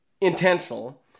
intentional